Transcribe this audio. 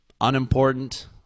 unimportant